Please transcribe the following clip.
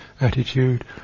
attitude